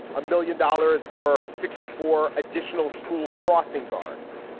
a million dollars for sixty four additional school crossing guards,